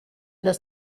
das